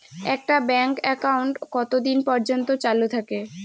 একটা bank account কতদিন পর্যন্ত চালু থাকে?